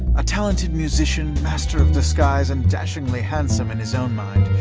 a talented musician, master of disguise, and dashingly handsome in his own mind,